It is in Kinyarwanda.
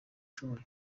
ushoboye